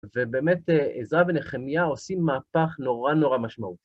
ובאמת עזרא ונחמיה עושים מהפך נורא נורא משמעותי.